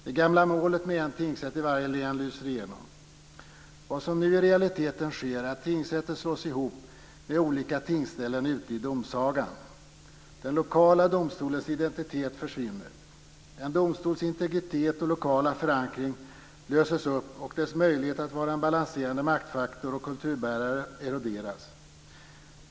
Det gamla målet med en tingsrätt i varje län lyser igenom. Vad som nu i realiteten sker är att tingsrätter slås ihop med olika tingsställen ute i domsagan. Den lokala domstolens identitet försvinner. En domstols integritet och lokala förankring löses upp, och dess möjlighet att vara en balanserande maktfaktor och kulturbärare eroderas.